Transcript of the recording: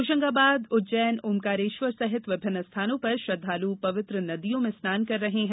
होशंगाबाद उज्जैन ओंकारेश्वर सहित विभिन्न स्थानों पर श्रद्धालू पवित्र नदियों में स्नान कर रहे हैं